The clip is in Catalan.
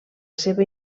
seva